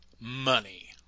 money